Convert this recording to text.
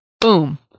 Boom